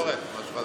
מסורת, מסורת.